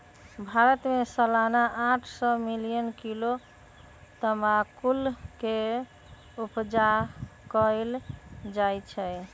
भारत में सलाना आठ सौ मिलियन किलो तमाकुल के उपजा कएल जाइ छै